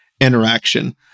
interaction